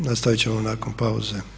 Nastaviti ćemo nakon pauze